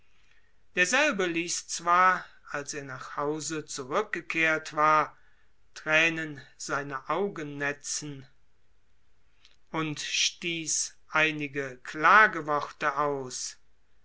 derselbe ließ zwar als er nach hause zurückgekehrt war thränen seine augen netzten und stieß einige klageworte aus